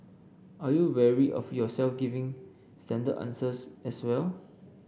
are you wary of yourself giving standard answers as well